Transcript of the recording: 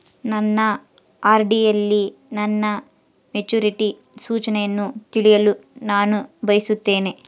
ನನ್ನ ಆರ್.ಡಿ ಯಲ್ಲಿ ನನ್ನ ಮೆಚುರಿಟಿ ಸೂಚನೆಯನ್ನು ತಿಳಿಯಲು ನಾನು ಬಯಸುತ್ತೇನೆ